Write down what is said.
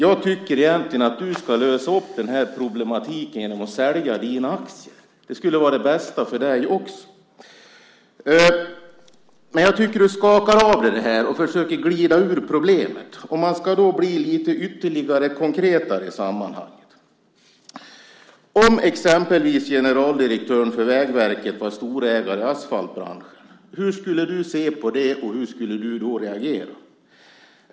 Jag tycker egentligen att du ska lösa upp den här problematiken genom att sälja dina aktier. Det skulle vara det bästa för dig också. Jag tycker att du skakar av dig det här och försöker glida ur problemet. Om man ska bli ytterligare konkret i sammanhanget: Om exempelvis generaldirektören för Vägverket var storägare i asfaltbranschen, hur skulle du se på det? Och hur skulle du då reagera?